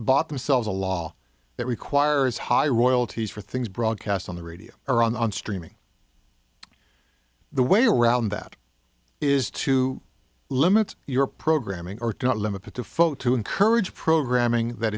bought themselves a law that requires high royalties for things broadcast on the radio or on streaming the way around that is to limit your programming or to not limit it to photo encourage programming that